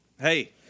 Hey